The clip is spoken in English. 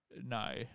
no